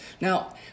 Now